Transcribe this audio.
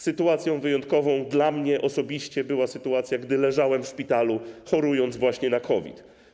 Sytuacją wyjątkową dla mnie osobiście była sytuacja, gdy leżałem w szpitalu, chorując właśnie na COVID.